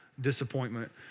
disappointment